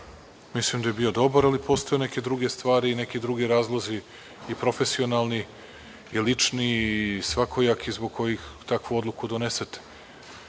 mislim da je bio dobar, ali postoje neke druge stvari i neki drugi razlozi i profesionalni i lični i svakojaki zbog kojih takvu odluku donesete. Mislim